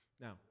Now